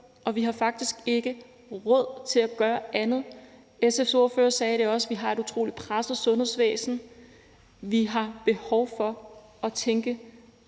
og vi har faktisk ikke råd til at gøre andet. SF's ordfører sagde det også. Vi har et utrolig presset sundhedsvæsen. Vi har behov for at tænke